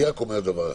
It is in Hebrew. אני רק אומר דבר אחד,